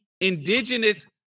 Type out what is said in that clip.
indigenous